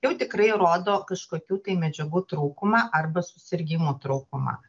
jau tikrai rodo kažkokių tai medžiagų trūkumą arba susirgimų trūkumą